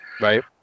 Right